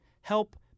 help